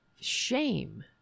shame